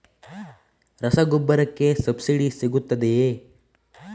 ರಸಗೊಬ್ಬರಕ್ಕೆ ಸಬ್ಸಿಡಿ ಸಿಗುತ್ತದೆಯೇ?